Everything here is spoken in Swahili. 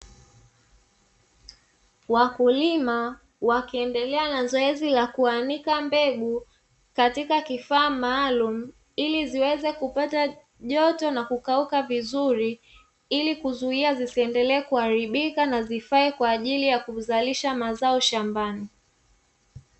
Wakulima wakiendelea na zoezi la kuanika mbegu katika kifaa maalumu, ili ziweze kupata joto na kukauka vizuri, ili kuzuia zisiendelee kuaribika na zifae kwa ajili ya kuzalisha mazao shambani.